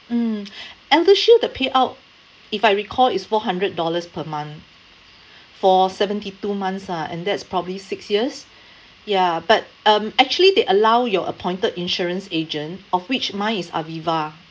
mm eldershield the payout if I recall is four hundred dollars per month for seventy two months ah and that's probably six years ya but um actually they allow your appointed insurance agent of which my is aviva